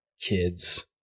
kids